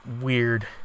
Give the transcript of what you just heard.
Weird